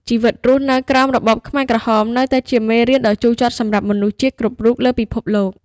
ជីវិតរស់នៅក្រោមរបបខ្មែរក្រហម នៅតែជាមេរៀនដ៏ជូរចត់សម្រាប់មនុស្សជាតិគ្រប់រូបលើពិភពលោក។